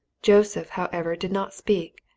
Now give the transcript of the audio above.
joseph, however, did not speak.